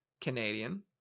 Canadian